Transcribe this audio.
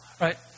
Right